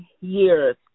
years